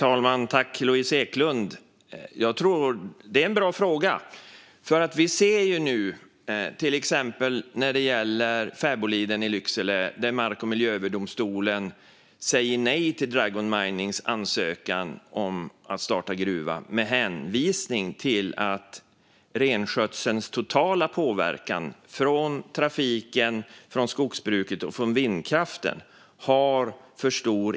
Herr talman! Det är en bra fråga. Vi ser nu till exempel när det gäller Fäboliden i Lycksele att Mark och miljööverdomstolen säger nej till Dragon Minings ansökan om att starta gruva med hänvisning till att den totala påverkan på renskötseln, från trafiken, skogsbruket och vindkraften, är för stor.